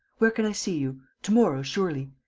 where can i see you? to-morrow, surely?